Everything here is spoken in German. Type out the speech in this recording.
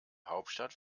hauptstadt